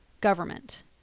government